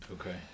okay